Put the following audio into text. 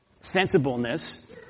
sensibleness